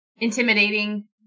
intimidating